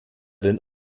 den